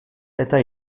eta